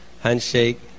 handshake